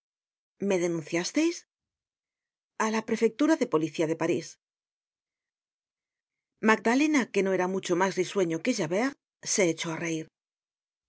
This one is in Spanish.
me denunciasteis a la prefectura de policía de parís magdalena que no era mucho mas risueño que javert se echó á reir